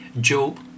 Job